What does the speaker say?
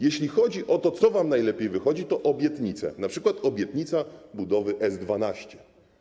Jeśli chodzi o to, co wam najlepiej wychodzi, to obietnice, np. obietnica budowy S12.